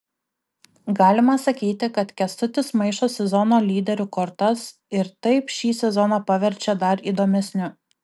galima sakyti kad kęstutis maišo sezono lyderių kortas ir taip šį sezoną paverčia dar įdomesniu